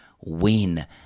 win